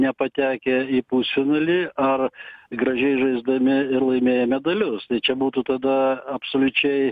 nepatekę į pusfinalį ar gražiai žaisdami ir laimėję medalius čia būtų tada absoliučiai